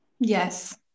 Yes